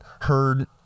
heard